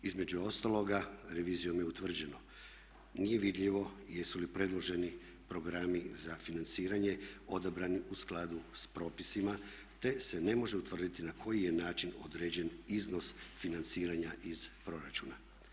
Između ostaloga, revizijom je utvrđeno, nije vidljivo jesu li predloženi programi za financiranje odabrani u skladu sa propisima te se ne može utvrditi na koji je način određen iznos financiranja iz proračuna.